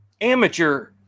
amateur